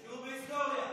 שיעור בהיסטוריה.